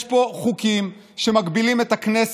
יש פה חוקים שמגבילים את הכנסת.